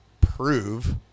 prove